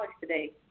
today